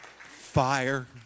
Fire